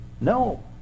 No